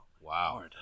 Wow